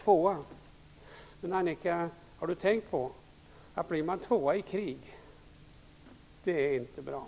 Men har Annika Nordgren tänkt på att det inte är bra att bli tvåa i ett krig?